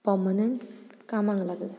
permanent कामांक लागलें